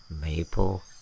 maple